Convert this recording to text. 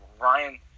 Ryan